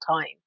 time